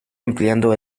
empleando